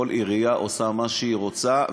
כל עירייה עושה מה שהיא רוצה,